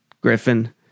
Griffin